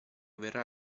verrà